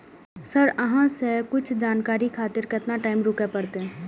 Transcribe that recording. Sir अहाँ से कुछ जानकारी खातिर केतना टाईम रुके परतें?